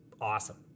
awesome